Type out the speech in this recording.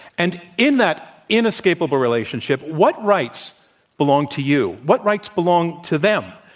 and in that inescapable relationship, what rights belong to you? what rights belong to them?